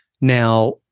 Now